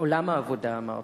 "עולם העבודה" אמרתי,